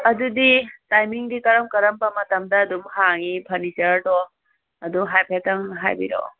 ꯑꯗꯨꯗꯤ ꯇꯥꯏꯃꯤꯡꯗꯤ ꯀꯔꯝ ꯀꯔꯝꯕ ꯃꯇꯝꯗ ꯑꯗꯨꯝ ꯍꯥꯡꯉꯤ ꯐꯔꯅꯤꯆꯔꯗꯣ ꯑꯗꯨ ꯍꯥꯏꯐꯦꯠꯇꯪ ꯍꯥꯏꯕꯤꯔꯛꯑꯣ